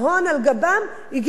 הגיע הזמן שהם ישלמו.